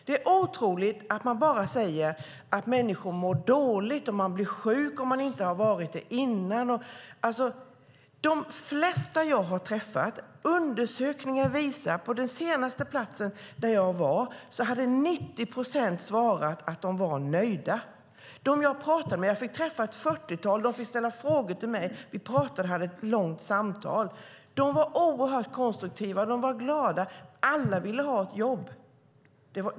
Det är otroligt att man bara säger att människor mår dåligt och att man blir sjuk om man inte har varit det innan. På den senaste platsen jag var hade 90 procent svarat att de var nöjda. Jag fick träffa ett fyrtiotal. De fick ställa frågor till mig och vi pratade och hade ett långt samtal. De var oerhört konstruktiva och glada. Alla ville ha ett jobb.